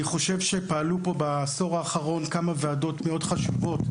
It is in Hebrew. אני חושב שבעשור האחרון פעלו פה כמה ועדות מאוד חשובות: